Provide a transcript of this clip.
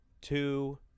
two